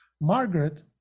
Margaret